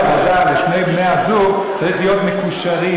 עבודה לשני בני-הזוג צריך להיות מקושרים.